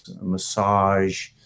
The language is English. massage